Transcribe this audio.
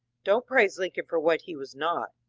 don't praise lincoln for what he was not.